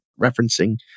referencing